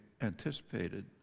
anticipated